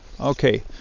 Okay